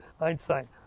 Einstein